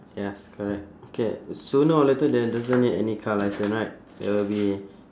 yes correct okay sooner or later then doesn't need any car license right there will be